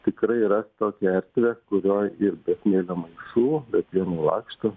tikrai ras tokią erdvę kurioj ir be smėlio maišų plieno lakštų